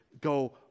go